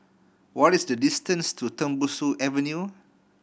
what is the distance to Tembusu Avenue